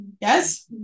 Yes